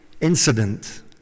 incident